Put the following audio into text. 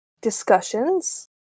discussions